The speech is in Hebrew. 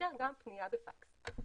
נאפשר גם פניה בפקס.